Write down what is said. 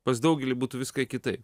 pas daugelį būtų viskai kitaip